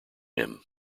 him